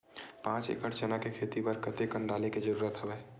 पांच एकड़ चना के खेती बर कते कन डाले के जरूरत हवय?